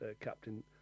captain